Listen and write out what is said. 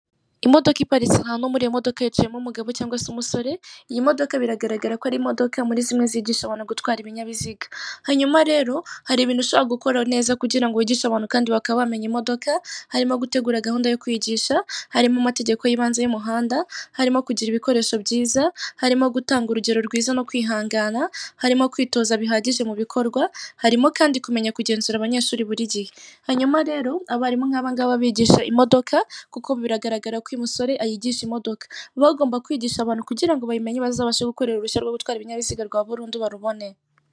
Imodoka iparitse hanyuma muri iyo modoka yicayemo umugabo cyangwa umusore . iyi modoka biragaragara ko ari imodoka muri zimwe zigisha abantu gutwara ibinyabiziga. Hanyuma rero hari ibintu ushobora gukora neza kugira ngo wigishe abantu kandi bakaba bamenya imodoka, harimo gutegura gahunda yo kwigisha, harimo amategeko y'ibanze y'umuhanda, harimo kugira ibikoresho byiuza, harimo gutanga urugero rwiza no kwihangana harimo kwitoza bihagije mu bikorwa, harimo kandi kumenya kugenzura abayeshuri buri gihe. Hanyuma rero abarimu nk'aba ngaba bigisha imodoka kuko biragaragara ko uyu musore yigisha imodoga baba bagomab kwigisha abantu kugira ngo babimenye kugira ngo bazabashe gukorera uruhushya rwo gutwara ibinyabiziga rwa burundu barubone.